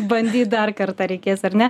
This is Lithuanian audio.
bandyt dar kartą reikės ar ne